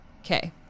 Okay